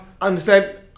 understand